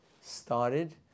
started